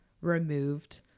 removed